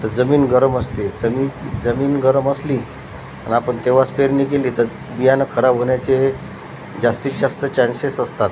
तर जमीन गरम असते जमीन जमीन गरम असली आणि आपण तेव्हाच पेरणी केली तर बियाणं खराब होण्याचे जास्तीत जास्त चान्सेस असतात